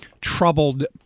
troubled